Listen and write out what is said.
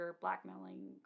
blackmailing